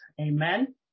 Amen